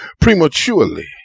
prematurely